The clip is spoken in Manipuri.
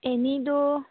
ꯑꯦꯅꯤꯗꯨ